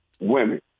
Women